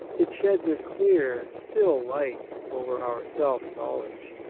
it sheds a clear, still light over our self-knowledge.